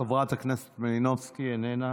חברת הכנסת מלינובסקי איננה.